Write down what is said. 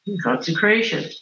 consecration